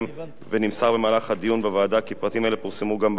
ונמסר במהלך הדיון בוועדה כי פרטים אלה פורסמו גם באינטרנט,